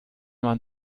man